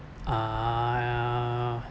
ah